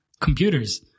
computers